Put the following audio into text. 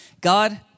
God